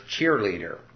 cheerleader